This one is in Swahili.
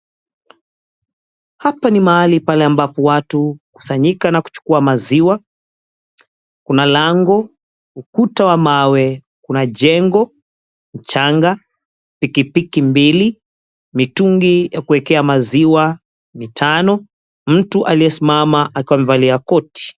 Hapa ni maali pale ambapo watu hukusanyika na kuchukua maziwa. Kuna lango, ukuta wa mawe, kuna jengo, mchanga, pikipiki mbili, mitungi ya kuekea maziwa, mitano, mtu aliyesimama akiwa amevalia koti.